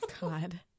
God